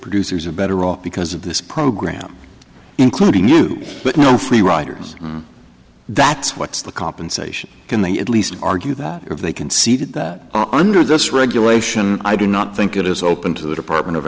producers are better off because of this program including you but no free riders that's what's the compensation can they at least argue that if they concede that under this regulation i do not think it is open to the department of